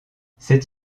cette